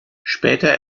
später